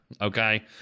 okay